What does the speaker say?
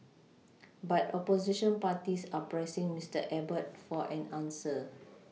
but opposition parties are pressing Miater Abbott for an answer